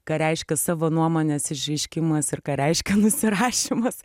ką reiškia savo nuomonės išreiškimas ir ką reiškia nusirašymas